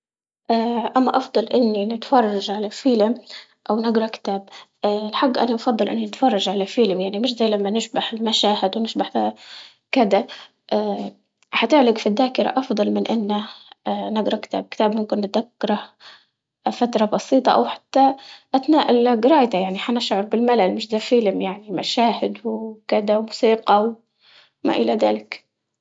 أما أفضل نتفرج على فيلم أو نقرا كتاب؟ الحق أنا بفضل أتفرج على فيلم يعني مش زي لما نشبح المشاهد ونشبح ال- كدا حتعلق في الداكرة أفضل من إنه نقرا كتاب، كتاب ممكن نتدكره فترة بسيطة أو حتى أتناء قرايته يعني حنشعر بملل مش زي الفيلم يعني مشاهد وكدا وموسيقى وما إلى ذلك.